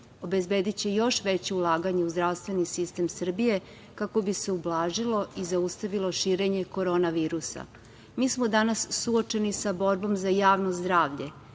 obezbediće još veće ulaganje u zdravstveni sistem Srbije, kako bi se ublažilo i zaustavilo širenje korona virusa. Mi smo danas suočeni sa borbom za javno zdravlje.